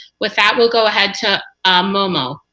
with that, we'll go ahead to um momoe.